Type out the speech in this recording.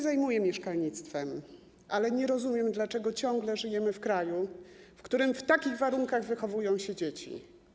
Zajmuję się mieszkalnictwem, ale nie rozumiem, dlaczego ciągle żyjemy w kraju, w którym w takich warunkach wychowują się dzieci.